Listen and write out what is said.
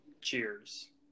Cheers